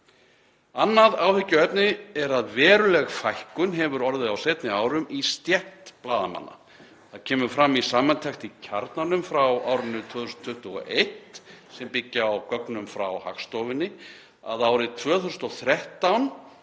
Annað áhyggjuefni er að veruleg fækkun hefur orðið á seinni árum í stétt blaðamanna. Það kemur fram í samantekt í Kjarnanum frá árinu 2021, sem byggir á gögnum frá Hagstofunni, að árið 2013